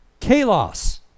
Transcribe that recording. kalos